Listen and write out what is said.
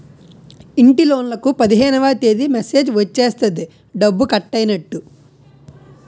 ఇంటిలోన్లకు పదిహేనవ తేదీ మెసేజ్ వచ్చేస్తది డబ్బు కట్టైనట్టు